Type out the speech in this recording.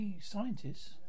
scientists